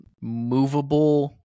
movable